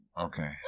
Okay